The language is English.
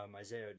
Isaiah